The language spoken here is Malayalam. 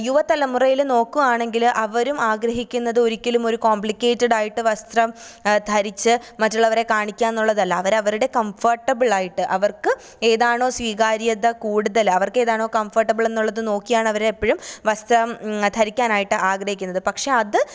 യുവതലമുറയില് നോക്കുവാണെങ്കില് അവരും ആഗ്രഹിക്ക്ന്നതൊരിക്കലുമൊര് കോമ്പ്ലിക്കേറ്റഡായിട്ട് വസ്ത്രം ധരിച്ച് മറ്റുള്ളവരെ കാണിക്കുക എന്നുള്ളതല്ല അവരവരുടെ കംഫർട്ടബിളായിട്ട് അവർക്ക് ഏതാണോ സ്വീകാര്യത കൂടുതൽ അവർക്കേതാണോ കംഫർട്ടബിൽ എന്നുള്ളത് നോക്കിയാണ് അവരെപ്പഴും വസ്ത്രം ധരിക്കാനായിട്ട് ആഗ്രഹിക്കുന്നത് പക്ഷേ അത്